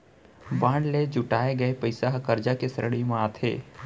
bond ले जुटाए गये पइसा ह करजा के श्रेणी म आथे